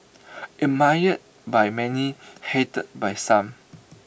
admired by many hated by some